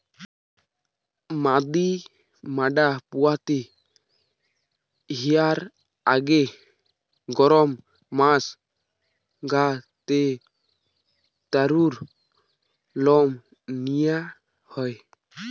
মাদি ম্যাড়া পুয়াতি হিয়ার আগে গরম মাস গা তে তারুর লম নিয়া হয়